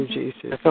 Jesus